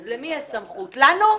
אז למי יש סמכות, לנו?